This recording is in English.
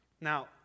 Now